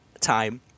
time